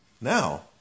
Now